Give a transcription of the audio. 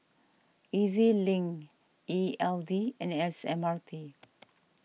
E Z link E L D and S M R T